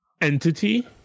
entity